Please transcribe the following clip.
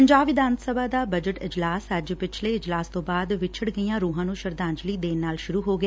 ਪੰਜਾਬ ਵਿਧਾਨ ਸਭਾ ਦਾ ਬਜਟ ਇਜਲਾਸ ਅੱਜ ਪਿਛਲੇ ਇਜਲਾਸ ਤੋਂ ਬਾਅਦ ਵਿਛੜ ਗਈਆਂ ਰੁਹਾਂ ਨੂੰ ਸ਼ਰਧਾਂਜਲੀ ਦੇਣ ਨਾਲ ਸੂਰੁ ਹੋ ਗਿਆ